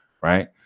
right